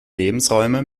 lebensräume